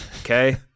okay